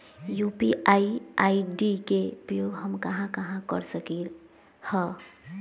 UPI ID के उपयोग हम कहां कहां कर सकली ह?